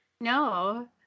No